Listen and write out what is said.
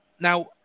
now